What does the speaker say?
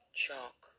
chalk